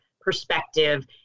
perspective